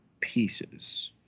pieces